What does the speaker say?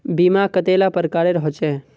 बीमा कतेला प्रकारेर होचे?